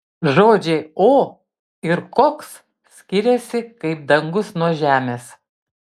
žodžiai o ir koks skiriasi kaip dangus nuo žemės